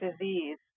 disease